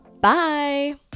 bye